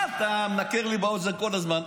אתה מנקר לי באוזן כל הזמן.